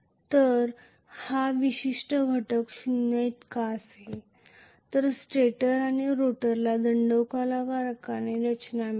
तर हा विशिष्ट घटक शून्याइतका असेल तर स्टेटर आणि रोटरला दंडगोलाकार रचना मिळेल